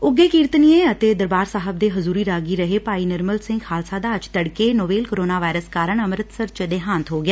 ਉੱਘੇ ਕੀਰਤਨੀਏ ਅਤੇ ਦਰਬਾਰ ਸਾਹਿਬ ਦੇ ਹਜੂਰੀ ਰਾਗੀ ਰਹੇ ਭਾਈ ਨਿਰਮਲ ਸਿੰਘ ਖਾਲਸਾ ਦਾ ਅੱਜ ਤਤਕੇ ਨੋਵੇਲ ਕੋਰੋਨਾ ਵਾਇਰਸ ਕਾਰਨ ਅੰਮਿਤਸਰ ਚ ਦੇਹਾਂਤ ਹੋ ਗਿਆ